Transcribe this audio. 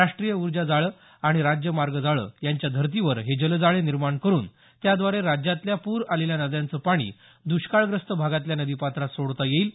राष्ट्रीय उर्जा जाळे आणि राज्य मार्ग जाळे यांच्या धर्तीवर हे जल जाळे निर्माण करून त्याद्वारे राज्यातल्या पूर आलेल्या नद्यांचं पाणी द्ष्काळग्रस्त भागातल्या नदीपात्रात सोडता येईल